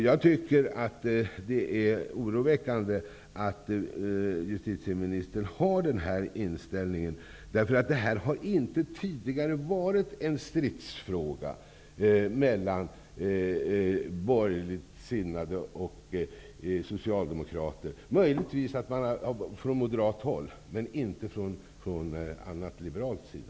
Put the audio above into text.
Jag tycker att det är oroväckande att justitieministern har den här inställningen. Det här har inte tidigare varit en stridsfråga mellan borgerligt sinnade och socialdemokrater, möjligtvis från moderat håll, men inte från liberal sida.